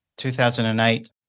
2008